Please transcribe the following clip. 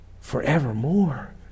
forevermore